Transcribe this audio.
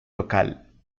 local